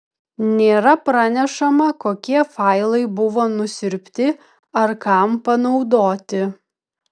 nėra pranešama kokie failai buvo nusiurbti ar kam panaudoti